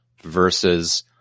versus